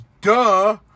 duh